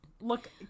look